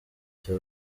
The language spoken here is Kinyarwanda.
cya